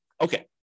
Okay